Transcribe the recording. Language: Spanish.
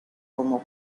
como